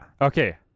Okay